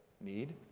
Need